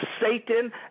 Satan